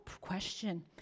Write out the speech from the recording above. question